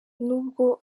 nubwo